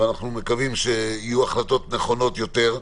אנחנו מקווים שיהיו החלטות נכונות יותר.